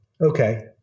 Okay